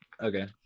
Okay